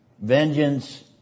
Vengeance